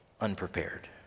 unprepared